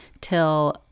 till